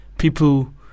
People